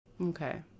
Okay